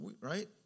right